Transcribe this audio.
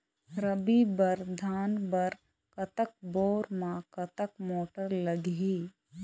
रबी बर धान बर कतक बोर म कतक मोटर लागिही?